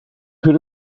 could